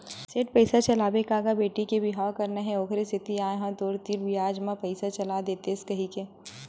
सेठ पइसा चलाबे का गा बेटी के बिहाव करना हे ओखरे सेती आय हंव तोर तीर बियाज म पइसा चला देतेस कहिके